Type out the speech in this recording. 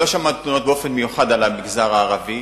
לא שמעתי תלונות באופן מיוחד על המגזר הערבי.